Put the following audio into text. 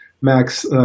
Max